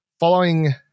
Following